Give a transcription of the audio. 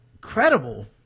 credible